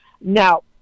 Now